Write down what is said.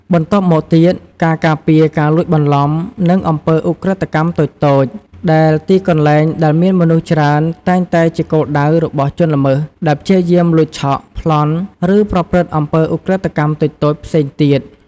បន្ទាប់មកទៀតការការពារការលួចបន្លំ និងអំពើឧក្រិដ្ឋកម្មតូចៗ ដែលទីកន្លែងដែលមានមនុស្សច្រើនតែងតែជាគោលដៅរបស់ជនល្មើសដែលព្យាយាមលួចឆក់ ប្លន់ ឬប្រព្រឹត្តអំពើឧក្រិដ្ឋកម្មតូចៗផ្សេងទៀត។